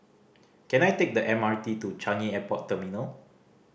can I take the M R T to Changi Airport Terminal